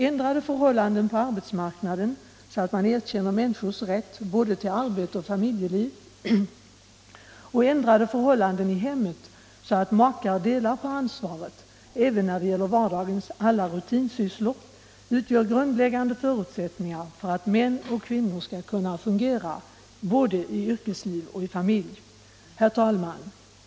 Ändrade förhållanden på arbetsmarknaden, så att man erkänner människors rätt till både arbete och familjeliv, och ändrade förhållanden i hemmet, så att makar delar på ansvaret även när det gäller vardagens alla rutinsysslor, utgör grundläggande förutsättningar för att män och kvinnor skall kunna fungera både i yrkesliv och i familj. Herr talman!